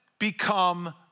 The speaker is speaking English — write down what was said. become